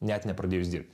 net nepradėjus dirbt